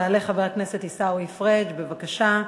יעלה חבר הכנסת עיסאווי פריג', בבקשה.